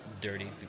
dirty